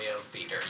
theater